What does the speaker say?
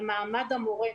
על מעמד המורה.